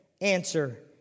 answer